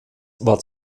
war